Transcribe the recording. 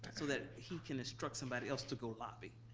so that he can instruct somebody else to go lobby.